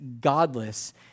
godless